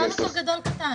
תשאל אותו רק גדול-קטן.